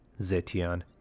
Zetian